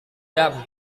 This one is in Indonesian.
jam